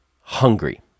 hungry